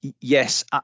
Yes